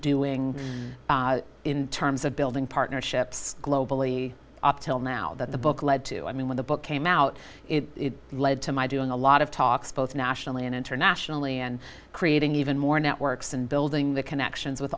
doing in terms of building partnerships globally up till now that the book led to i mean when the book came out it led to my doing a lot of talks both nationally and internationally and creating even more networks and building the connections with